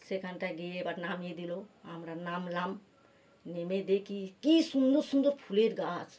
সেখানটা গিয়ে এবার নামিয়ে দিল আমরা নামলাম নেমে দেখি কী সুন্দর সুন্দর ফুলের গাছ